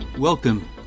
Welcome